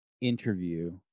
interview